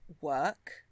work